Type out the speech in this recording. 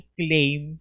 claim